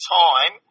time